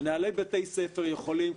מנהלי בתי הספר יכולים,